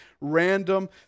random